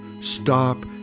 stop